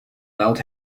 belt